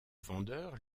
vendeur